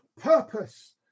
purpose